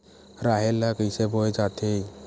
राहेर ल कइसे बोय जाथे?